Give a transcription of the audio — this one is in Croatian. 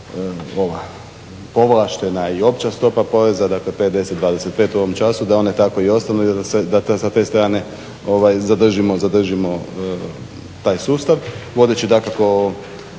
povlaštena i opća stopa poreza, dakle 5, 10, 25 u ovom času, da one tako i ostanu i da se sa te strane zadržimo sustav. Vodeći dakako